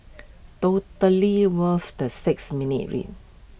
totally worth the six minutes read